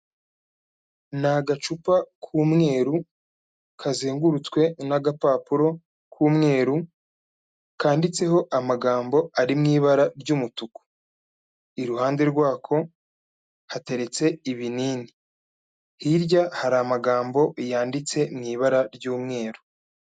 Ni agacupa k'umweruru, kazengurutswe n'agapapuro k'umweru, kanditseho amagambo ari mu ibara ry'umutuku, iruhande rwako hateretse ibinini, hirya hari amagambo yanditseho mu ibara ry'umweru.